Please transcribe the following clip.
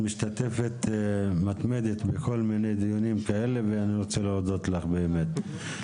את משתתפת מתמדת בכל מיני דיונים כאלה ואני רוצה להודות לך באמת.